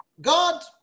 God